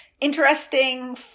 interesting